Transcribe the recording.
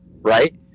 right